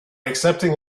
accepting